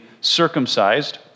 circumcised